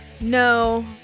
No